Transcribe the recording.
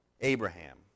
Abraham